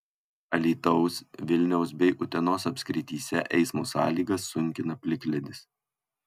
alytaus vilniaus bei utenos apskrityse eismo sąlygas sunkina plikledis